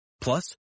Plus